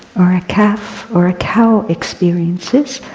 or a calf, or a cow experiences,